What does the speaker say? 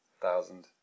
thousand